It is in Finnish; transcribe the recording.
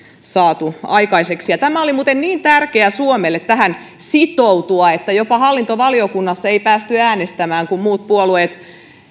saatu aikaiseksi oli muuten niin tärkeää suomelle tähän sitoutua että jopa hallintovaliokunnassa ei päästy äänestämään kun muut puolueet